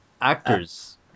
Actors